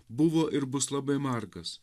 buvo ir bus labai margas